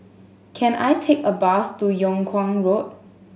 can I take a bus to Yung Kuang Road